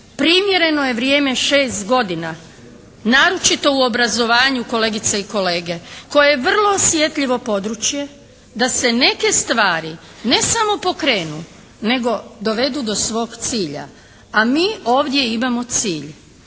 Primjereno je vrijeme 6 godina naročito u obrazovanju kolegice i kolege koje je vrlo osjetljivo područje da se neke stvari ne samo pokrenu nego dovedu do svog cilja. A mi ovdje imamo cilj